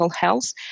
health